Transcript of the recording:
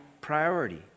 priority